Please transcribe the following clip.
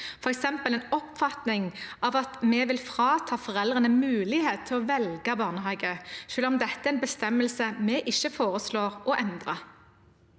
f.eks. en oppfatning av at vi vil frata foreldrene mulighet til å velge barnehage, selv om dette er en bestemmelse vi ikke foreslår å endre.